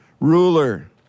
ruler